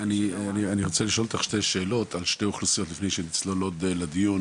אני רוצה לשאול אותך שתי שאלות על שתי אוכלוסיות לפני שנצלול עוד לדיון,